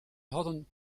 hadden